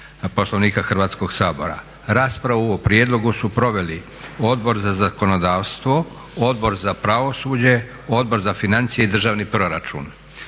Poslovnika Hrvatskog sabora. Raspravu o prijedlogu su proveli Odbor za zakonodavstvo, Odbor za pravosuđe, Odbor za financije i državni proračun.